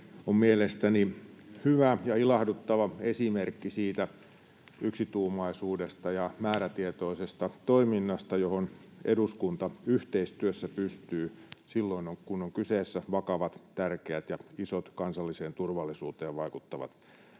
on mielestäni hyvä ja ilahduttava esimerkki siitä yksituumaisuudesta ja määrätietoisesta toiminnasta, johon eduskunta yhteistyössä pystyy silloin, kun kyseessä ovat vakavat, tärkeät ja isot kansalliseen turvallisuuteen vaikuttavat asiat.